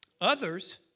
Others